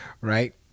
Right